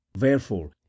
Wherefore